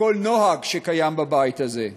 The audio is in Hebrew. וכל נוהג שקיים בבית הזה.